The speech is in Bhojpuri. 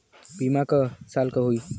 बीमा क साल क होई?